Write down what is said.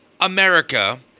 America